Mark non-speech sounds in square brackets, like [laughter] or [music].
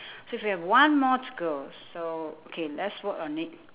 [breath] so we have one more to go so K let's work on it